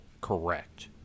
correct